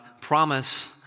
promise